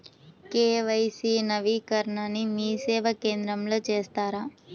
KYC నవీకరణని మీసేవా కేంద్రం లో చేస్తారా?